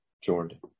Jordan